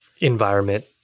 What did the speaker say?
environment